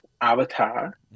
avatar